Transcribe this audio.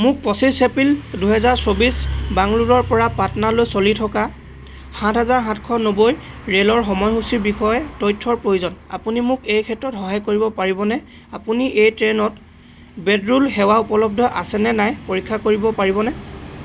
মোক পঁচিশ এপ্ৰিল দুহেজাৰ চৌবিছ বাংগালোৰৰপৰা পাটনালৈ চলি থকা সাত হাজাৰ সাতশ নব্বৈ ৰে'লৰ সময়সূচীৰ বিষয়ে তথ্যৰ প্ৰয়োজন আপুনি মোক এই ক্ষেত্ৰত সহায় কৰিব পাৰিবনে আপুনি এই ট্ৰেইনত বেডৰোল সেৱা উপলব্ধ আছে নে নাই পৰীক্ষা কৰিব পাৰিবনে